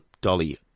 Dolly